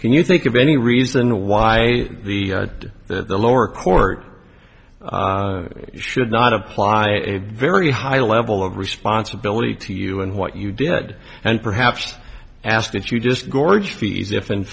can you think of any reason why the lower court should not apply a very high level of responsibility to you and what you did and perhaps ask that you just gorge feed if in